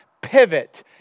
pivot